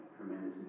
tremendous